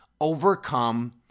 overcome